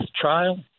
trial